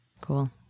cool